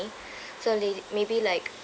so la~ maybe like